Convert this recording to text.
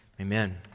amen